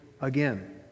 again